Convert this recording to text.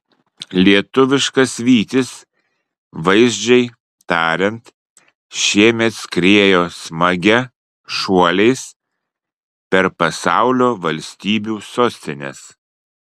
lietuviškas vytis vaizdžiai tariant šiemet skriejo smagia šuoliais per pasaulio valstybių sostines